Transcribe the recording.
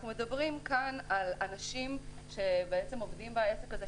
אנחנו מדברים על אנשים שעובדים בעסק הזה,